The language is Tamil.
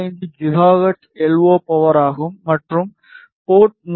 75 ஜிகாஹெர்ட்ஸ் எல்ஓ பவர் ஆகும் மற்றும் போர்ட் 3 இல் 3